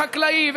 נס חקלאי,